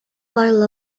bottle